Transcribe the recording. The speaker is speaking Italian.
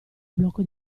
blocco